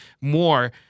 more